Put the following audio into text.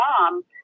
mom